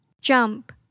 jump